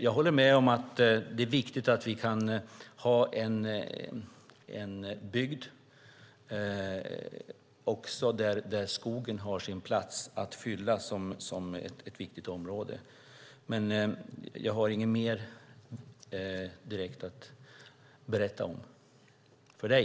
Jag håller med om att det är viktigt att vi kan ha bygder där även skogen har sin plats att fylla. Jag har nog inte mer att säga om det.